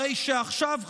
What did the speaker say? הרי שעכשיו,